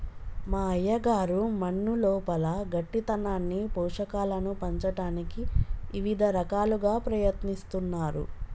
మా అయ్యగారు మన్నులోపల గట్టితనాన్ని పోషకాలను పంచటానికి ఇవిద రకాలుగా ప్రయత్నిస్తున్నారు